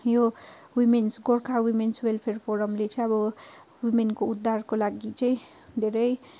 यो women's Gorkha women's welfare फोरमले चाहिँ अब वुमेनको उद्धारको लागि चाहिँ धेरै